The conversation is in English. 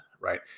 right